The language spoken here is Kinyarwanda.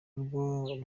rwo